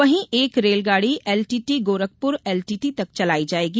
वहीं एक रेलगाड़ी एलटीटी गोरखपुर एलटीटी तक चलाई जायेगी